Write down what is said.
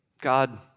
God